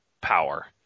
power